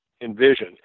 envision